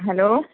hello